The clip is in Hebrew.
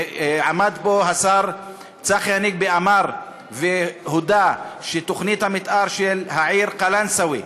ועמד פה השר צחי הנגבי והודה שתוכנית המתאר של העיר קלנסואה,